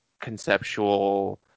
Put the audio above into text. conceptual